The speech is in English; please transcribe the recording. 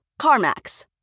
CarMax